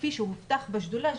כפי שהובטח בשדולה,